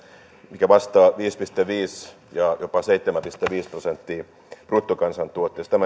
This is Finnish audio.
mikä vastaa viittä pilkku viittä ja jopa seitsemää pilkku viittä prosenttia bruttokansantuotteesta